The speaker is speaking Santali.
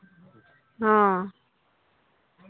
ᱦᱮᱸ